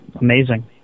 amazing